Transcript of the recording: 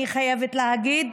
אני חייבת להגיד,